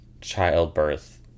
childbirth